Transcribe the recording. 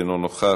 אינו נוכח,